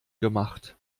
gemacht